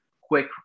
quick